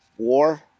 War